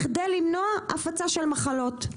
בכדי למנוע הפצה של מחלות.